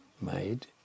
made